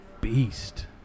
Beast